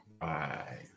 Right